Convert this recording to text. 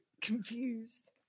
Confused